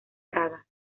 praga